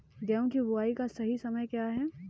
गेहूँ की बुआई का सही समय क्या है?